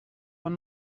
but